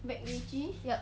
yup